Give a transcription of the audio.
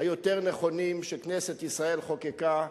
היותר נכונים, שכנסת ישראל חוקקה.